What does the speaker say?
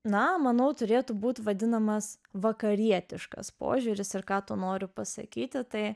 na manau turėtų būti vadinamas vakarietiškas požiūris ir ką tu nori pasakyti tai